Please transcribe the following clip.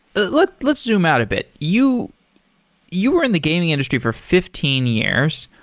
let's let's zoom out a bit. you you were in the gaming industry for fifteen years.